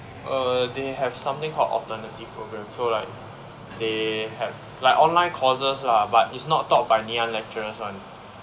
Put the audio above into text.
err they have something called alternative program so like they have like online courses lah but it's not taught by Ngee-Ann lecturers [one]